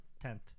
Tent